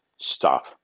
stop